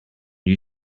you